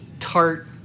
tart